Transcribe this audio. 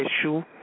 issue